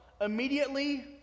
Immediately